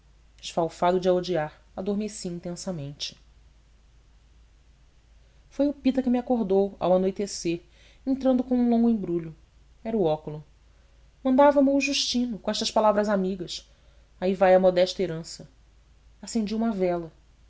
esfalfado de a odiar adormeci densamente foi o pita que me acordou ao anoitecer entrando com um longo embrulho era o óculo mandava mo o justino com estas palavras amigas aí vai a modesta herança acendi uma vela